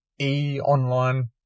e-online